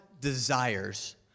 desires